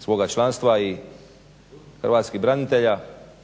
svoga članstva i hrvatskih branitelja.